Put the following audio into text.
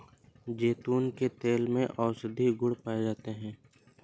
जैतून के तेल में औषधीय गुण पाए जाते हैं